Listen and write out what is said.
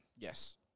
Yes